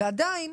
ועדיין